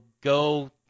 go